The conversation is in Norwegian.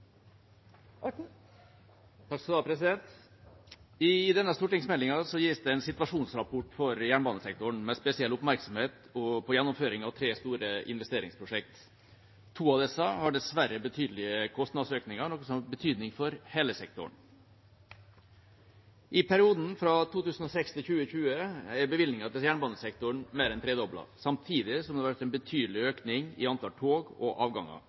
I denne stortingsmeldingen gis det en situasjonsrapport for jernbanesektoren, med spesiell oppmerksomhet på gjennomføringen av tre store investeringsprosjekter. To av disse har dessverre betydelige kostnadsøkninger, noe som har betydning for hele sektoren. I perioden 2006–2020 har bevilgningene til jernbanesektoren blitt mer enn tredoblet, samtidig som det har vært en betydelig økning i antallet tog og avganger.